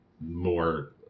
more